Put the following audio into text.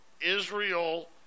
Israel